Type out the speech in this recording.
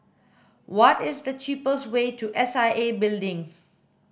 what is the cheapest way to S I A Building